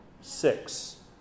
six